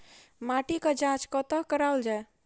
माटिक जाँच कतह कराओल जाए?